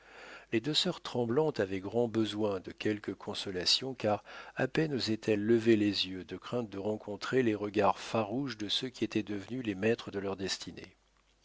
les deux sœurs tremblantes avaient grand besoin de quelque consolation car à peine osaient elles lever les yeux de crainte de rencontrer les regards farouches de ceux qui étaient devenus les maîtres de leur destinée